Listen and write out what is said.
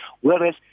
whereas